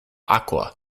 aqua